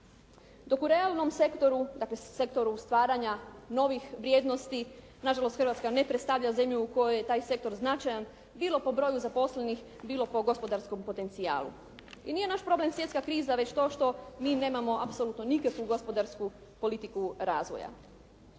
Dok u realnom sektoru, dakle sektoru stvaranja novih vrijednosti, na žalost Hrvatska ne predstavlja zemlju u kojoj je taj sektor značajan bilo po broju zaposlenih, bilo po gospodarskom potencijalu. I nije naš problem svjetska kriza već to što mi nemamo apsolutno nikakvu gospodarsku politiku razvoja.